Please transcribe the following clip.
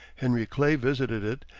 henry clay visited it,